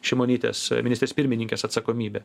šimonytės ministrės pirmininkės atsakomybė